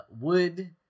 wood